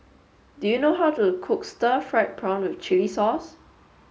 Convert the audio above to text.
do you know how to cook Stir Fried Prawn with chili sauce